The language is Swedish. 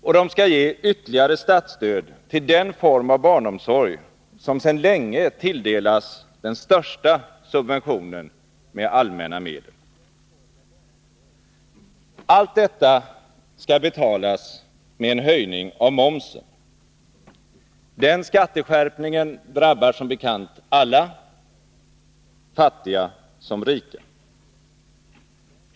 Och de skall ge ytterligare statsstöd till den form av barnomsorg som sedan länge tilldelas den största subventionen med allmänna medel. 5 Allt detta skall betalas med en höjning av momsen. Den skatteskärpningen drabbar som bekant alla — fattiga som rika.